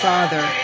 Father